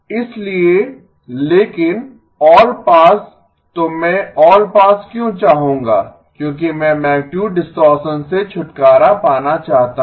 इसलिए लेकिन all pass तो मैं ऑल पास क्यों चाहूंगा क्योंकि मैं मैगनीटुड डिस्टॉरशन से छुटकारा पाना चाहता हूं